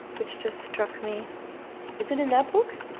which just struck me is it in that book?